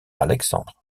alexandre